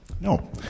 No